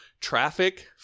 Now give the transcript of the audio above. traffic